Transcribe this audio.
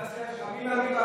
תתביישו לכם.